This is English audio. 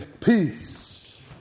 peace